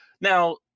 Now